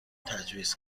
تجویز